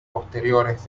posteriores